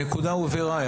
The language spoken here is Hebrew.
הנקודה הובהרה.